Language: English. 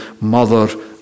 mother